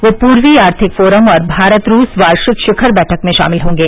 वे पूर्वी आर्थिक फोरम और भारत रूस वार्षिक शिखर बैठक में शामिल होंगे